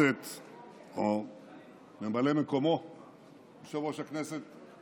אדוני ממלא מקום יושב-ראש הכנסת,